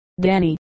Danny